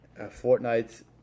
Fortnite